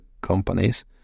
companies